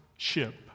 ship